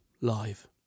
live